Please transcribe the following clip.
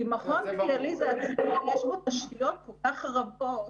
כי במכון דיאליזה יש תשתיות כל כך רבות,